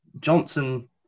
Johnson